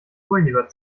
urheber